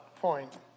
point